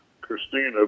Christina